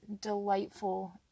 delightful